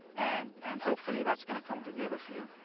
and and hopefully that's gonna come together for